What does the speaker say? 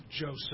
Joseph